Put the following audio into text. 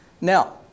Now